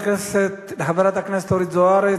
תודה לחברת הכנסת אורית זוארץ.